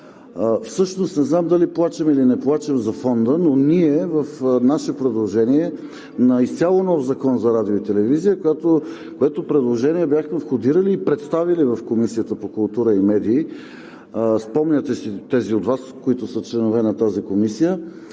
Всъщност не знам дали плачем, или не плачем за Фонда, но ние в наше предложение на изцяло нов Закон за радио и телевизия, което предложение бяхме входирали и представили в Комисията по култура и медии – спомняте си тези от Вас, които са членове на тази комисия.